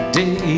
day